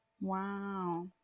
wow